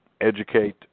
educate